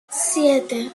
siete